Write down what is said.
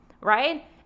right